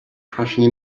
crashing